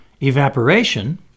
Evaporation